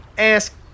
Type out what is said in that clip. ask